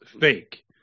fake